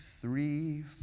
three